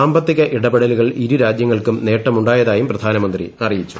സാമ്പത്തിക ഇടപെടലുകൾ ഇരുരാജ്യങ്ങൾക്കും നേട്ടമുണ്ടായതായും പ്രധാനമന്ത്രി അറിയിച്ചു